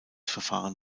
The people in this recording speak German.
verfahren